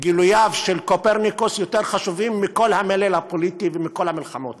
וגילוייו של קופרניקוס יותר חשובים מכל המלל הפוליטי ומכל המלחמות